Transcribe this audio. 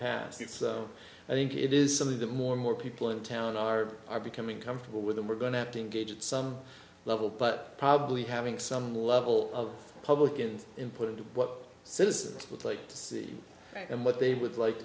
past i think it is some of the more and more people in town are are becoming comfortable with and we're going to have to engage at some level but probably having some level of publicans input into what citizens would like to see and what they would like